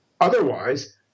otherwise